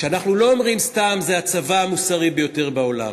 אנחנו לא אומרים סתם: זה הצבא המוסרי ביותר בעולם.